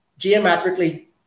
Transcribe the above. Geometrically